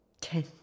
Ten